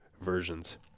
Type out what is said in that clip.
versions